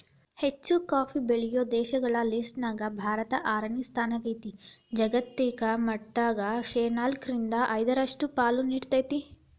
ಹೆಚ್ಚುಕಾಫಿ ಬೆಳೆಯೋ ದೇಶಗಳ ಲಿಸ್ಟನ್ಯಾಗ ಭಾರತ ಆರನೇ ಸ್ಥಾನದಾಗೇತಿ, ಜಾಗತಿಕ ಮಟ್ಟದಾಗ ಶೇನಾಲ್ಕ್ರಿಂದ ಐದರಷ್ಟು ಪಾಲು ನೇಡ್ತೇತಿ